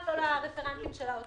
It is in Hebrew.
גם לא לרפרנטים של משרד האוצר.